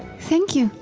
thank you.